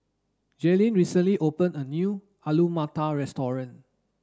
Jalyn recently opened a new Alu Matar restaurant